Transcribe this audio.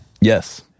Yes